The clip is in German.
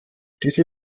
diese